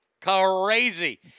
Crazy